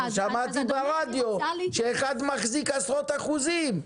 ושמעתי ברדיו שאחד מחזיק עשרות אחוזים,